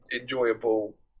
enjoyable